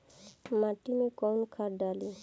माटी में कोउन खाद डाली?